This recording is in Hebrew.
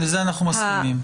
לזה אנחנו מסכימים.